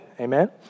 Amen